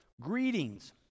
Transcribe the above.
Greetings